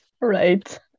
right